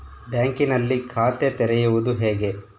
ಬ್ಯಾಂಕಿನಲ್ಲಿ ಖಾತೆ ತೆರೆಯುವುದು ಹೇಗೆ?